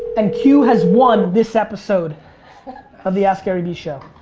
and, q has won this episode of the askgaryvee show.